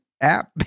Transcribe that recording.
app